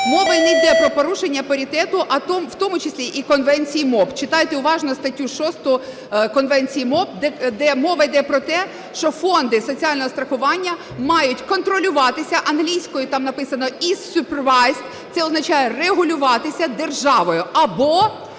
Мова не йде про порушення паритету, в тому числі і конвенції МОП. Читайте уважно статтю 6 конвенції МОП, де мова йде про те, що фонди соціального страхування мають контролюватися (англійською там написано is supervise). Це означає регулюватися державою або